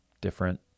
different